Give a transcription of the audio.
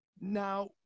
Now